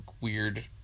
weird